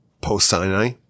post-Sinai